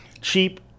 cheap